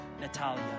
Natalia